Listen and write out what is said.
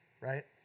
right